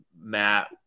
Matt